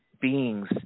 beings